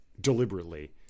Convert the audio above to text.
deliberately